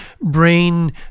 brain